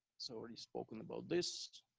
so already spoken about this.